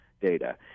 data